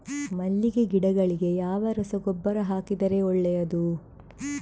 ಮಲ್ಲಿಗೆ ಗಿಡಗಳಿಗೆ ಯಾವ ರಸಗೊಬ್ಬರ ಹಾಕಿದರೆ ಒಳ್ಳೆಯದು?